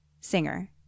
Singer